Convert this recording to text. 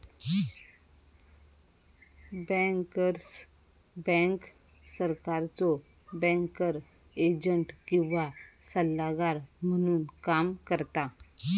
bankers bank सरकारचो banker agent किंवा सल्लागार म्हणून काम करता